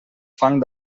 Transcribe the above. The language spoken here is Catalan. fang